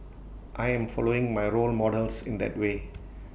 I am following my role models in that way